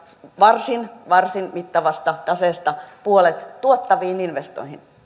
varsin varsin mittavasta taseesta puolet tuottaviin investointeihin